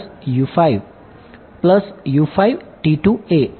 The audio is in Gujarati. આ શું હશે